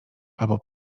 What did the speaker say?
albo